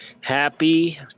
Happy